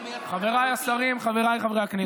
חבריי השרים, חבריי חברי הכנסת.